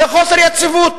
זה חוסר יציבות.